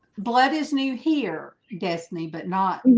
blood is new here destiny, but not